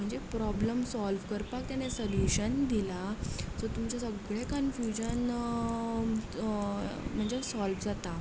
म्हणजे problem solve करपाक तेणें सोलुशन दिलां सो तुमचें सगलें कन्फुजन म्हणजे सोल्व जाता